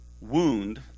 wound